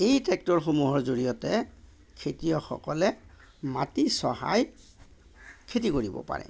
এই ট্ৰেক্টৰসমূহৰ জৰিয়তে খেতিয়কসকলে মাটি চহাই খেতি কৰিব পাৰে